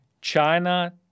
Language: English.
China